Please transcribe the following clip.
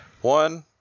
one